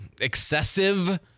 excessive